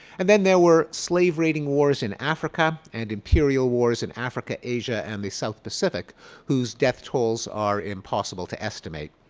and then, there were slave raiding wars in africa and imperial wars in africa, asia and the south pacific whose death tolls are impossible to estimate.